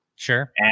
Sure